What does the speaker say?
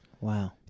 Wow